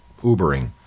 Ubering